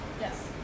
Yes